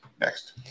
Next